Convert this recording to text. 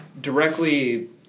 directly